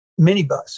minibus